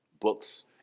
books